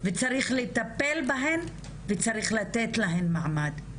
וצריך לטפל בהן וצריך לתת להן מעמד.